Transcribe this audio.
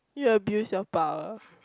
you abuse your power